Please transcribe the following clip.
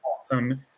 awesome